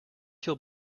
he’ll